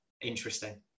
interesting